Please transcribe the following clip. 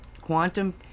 quantum